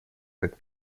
как